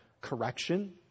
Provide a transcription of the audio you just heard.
correction